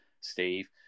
Steve